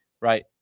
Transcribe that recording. right